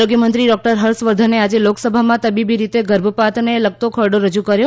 આરોગ્યમંત્રી ડોક્ટર હર્ષવર્ધને આજે લોકસભામાં તબીબી રીત ગર્ભપાતને લગતો ખરડો રજુ કર્યો